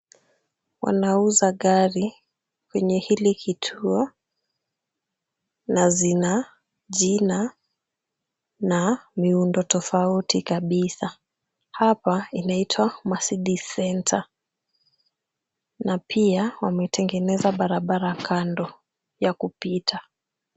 Wanauza gari kwenye hili kituo na zina jina na miundo tofauti kabisa. Hapa inaitwa Mercedes Centre na pia wametengeneza barabara kando ya kupita.